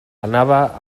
anava